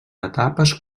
etapes